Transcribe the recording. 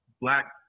Black